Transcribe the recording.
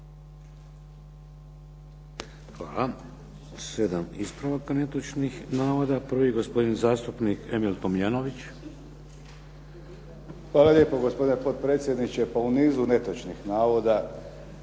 Hvala. 7 ispravaka netočnih navoda. Prvi, gospodin zastupnik Emil Tomljanović. **Tomljanović, Emil (HDZ)** Hvala lijepo gospodine potpredsjedniče. Pa u nizu netočnih navoda,